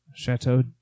Chateau